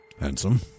Handsome